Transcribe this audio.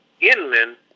inland